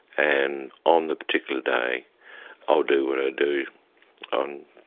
and on the particular day i'll do what i do on